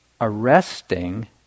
arresting